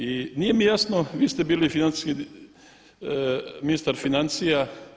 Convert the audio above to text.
I nije mi jasno, vi ste bili financijski, ministar financija.